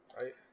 right